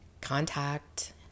contact